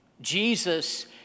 Jesus